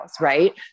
right